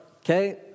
Okay